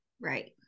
Right